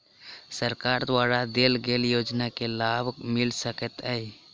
सरकार द्वारा देल गेल योजना केँ लाभ केना मिल सकेंत अई?